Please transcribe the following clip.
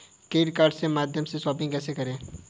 Credit card के माध्यम से शॉपिंग कैसे करें?